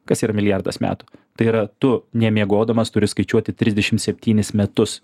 kas yra milijardas metų tai yra tu nemiegodamas turi skaičiuoti trisedšimt septynis metus